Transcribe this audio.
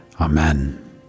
Amen